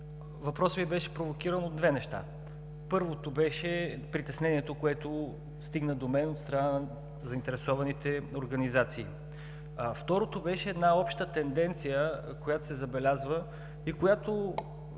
Въпросът ми беше провокиран от две неща. Първото беше притеснението, което стигна до мен от страна на заинтересованите организации. Второто беше общата тенденция, която се забелязва и която